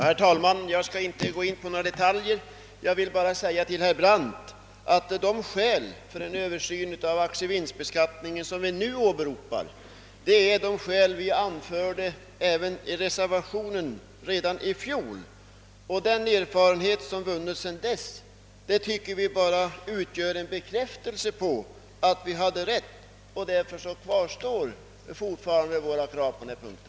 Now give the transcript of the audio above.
Herr talman! Jag skall inte gå in på några detaljer, som jag f.ö. berört i mitt förra anförande, jag vill bara erinra herr Brandt om att de skäl för en översyn av aktievinstbeskattningen som vi nu åberopar är samma skäl som vi anförde redan i reservationen i fjol. Den erfarenhet som vunnits sedan dess utgör enligt vår mening bara en bekräftelse på att vi hade rätt. Därför kvarstår fortfarande våra krav på dessa punkter.